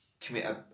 commit